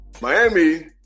Miami